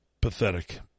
Pathetic